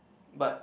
but